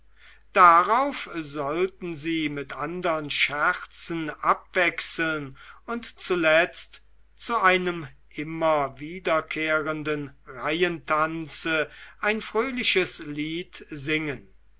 darauf sollten sie mit andern scherzen abwechseln und zuletzt zu einem immer wiederkehrenden reihentanze ein fröhliches lied singen